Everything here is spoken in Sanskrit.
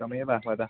तमेव वद